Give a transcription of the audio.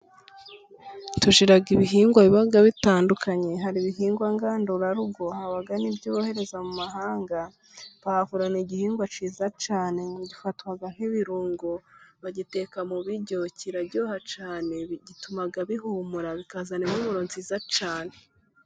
Tugira ibihingwa biba bitandukanye, hari: ibihingwa ngandurarugo, haba n'ibyoherezwa mu mahanga. Pavuro ni igihingwa cyiza cyane gifatwa nk'ibirungo ,bagiteka mu biryo ,kiraryoha cyane ,gituma bihumura ,bikazana impumuro nziza cyane.